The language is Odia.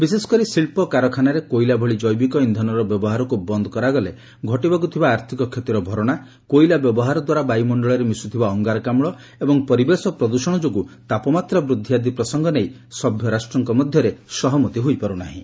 ବିଶେଷକରି ଶିଳ୍ପ କାରଖାନାରେ କୋଇଲା ଭଳି ଜୈବିକ ଇନ୍ଧନର ବ୍ୟବହାରକୁ ବନ୍ଦ କରାଗଲେ ଘଟିବାକୁଥିବା ଆର୍ଥିକ କ୍ଷତିର ଭରଣା କୋଇଲା ବ୍ୟବହାର ଦ୍ୱାରା ବାୟୁମଣ୍ଡଳରେ ମିଶୁଥିବା ଅଙ୍ଗାରକାମୁ ଏବଂ ପରିବେଶ ପ୍ରଦ୍ଷଣ ଯୋଗୁଁ ତାପମାତ୍ରା ବୃଦ୍ଧି ଆଦି ପ୍ରସଙ୍ଗ ନେଇ ସଭ୍ୟ ରାଷ୍ଟ୍ରଙ୍କ ମଧ୍ୟରେ ସମ୍ମତି ହୋଇପାରୁ ନାହିଁ